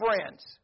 friends